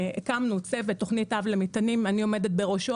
הקמנו צוות תוכנית אב למטענים ואני עומדת בראשו,